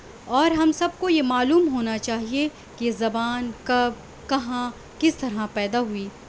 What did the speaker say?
اور ہم سب کو یہ معلوم ہونا چاہیے کہ زبان کا کہاں کس طرح پیدا ہوئی